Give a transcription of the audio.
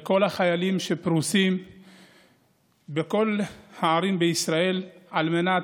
לכל החיילים שפרוסים בכל הערים בישראל על מנת